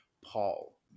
Paul